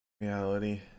Reality